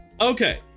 Okay